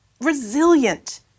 resilient